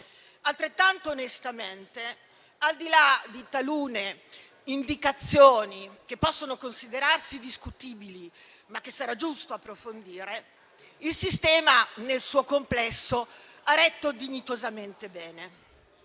Altrettanto onestamente, al di là di talune indicazioni che possono considerarsi discutibili, ma che sarà giusto approfondire, il sistema nel suo complesso ha retto dignitosamente bene.